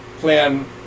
plan